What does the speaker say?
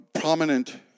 prominent